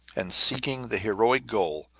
and seeking the heroic goal,